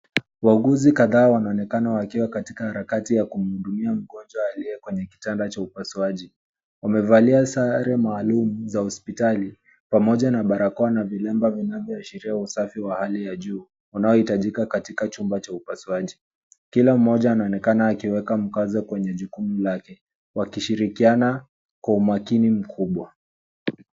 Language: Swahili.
Wauguzi kadhaa wanaonekana wakiwa katika harakati ya kumhudumia mgonjwa aliye kwenye kitanda cha upasuaji. Wamevalia sare maalum za hospitali pamoja na barakoa na vilemba vinavyoashiria usafi wa hali ya juu, unaoitajika katika chumba cha upasuaji. Kila mmoja anaonekana akiweka mkazo kwenye jukunu lake wakishirikiana kwa umakini mkubwa.